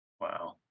Wow